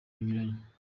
binyuranye